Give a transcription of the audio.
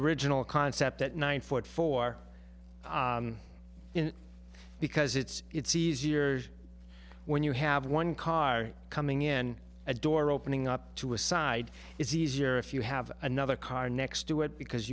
original concept at nine foot four because it's easier when you have one car coming in a door opening up to a side is easier if you have another car next to it because